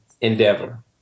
endeavor